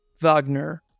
Wagner